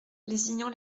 lézignan